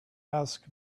ask